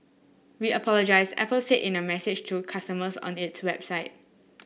we apologise Apple said in a message to customers on its website